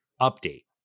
update